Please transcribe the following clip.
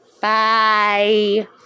Bye